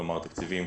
כלומר תקציבים